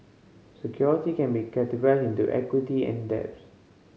security can be categorized into equity and debts